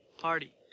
Party